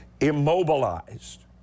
immobilized